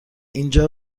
اینجا